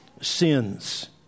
sins